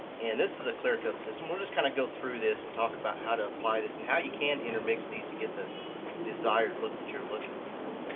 and this is a clearcoat system. we'll just kinda go through this and talk about how to apply this and how you can intermix these to get the desired look that you're looking for.